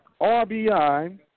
RBI